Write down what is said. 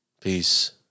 Peace